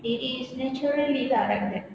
it is naturally lah like that